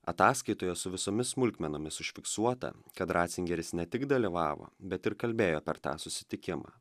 ataskaitoje su visomis smulkmenomis užfiksuota kad racingeris ne tik dalyvavo bet ir kalbėjo per tą susitikimą